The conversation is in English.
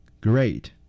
Great